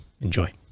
Enjoy